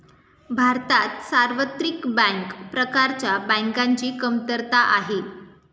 भारतात सार्वत्रिक बँक प्रकारच्या बँकांची कमतरता आहे